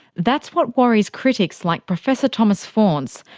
that's what worries critics like professor thomas faunce,